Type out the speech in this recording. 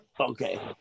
Okay